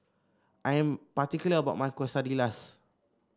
I am particular about my Quesadillas